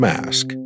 Mask